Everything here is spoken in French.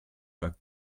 pas